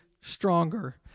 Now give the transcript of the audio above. stronger